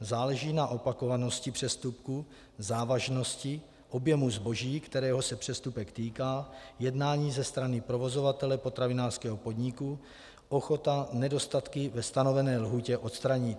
Záleží na opakovanosti přestupku, závažnosti, objemu zboží, kterého se přestupek týká, jednání ze strany provozovatele potravinářského podniku, ochota nedostatky ve stanovené lhůtě odstranit.